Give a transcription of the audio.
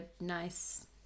nice